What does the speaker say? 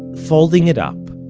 folding it up,